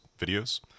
videos